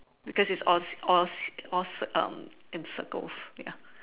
because it's all all all um in circles ya